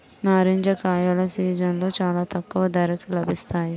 నారింజ కాయల సీజన్లో చాలా తక్కువ ధరకే లభిస్తాయి